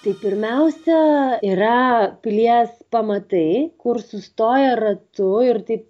tai pirmiausia yra pilies pamatai kur sustoja ratu ir taip